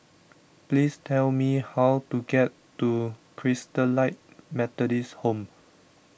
please tell me how to get to Christalite Methodist Home